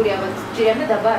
kurie vat tiriami dabar